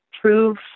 prove